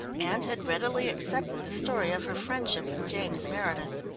and had readily accepted the story of her friendship with james meredith.